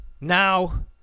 now